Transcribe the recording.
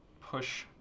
push